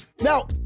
Now